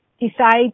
Decide